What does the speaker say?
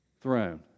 throne